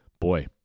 boy